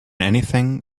anything